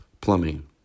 Plumbing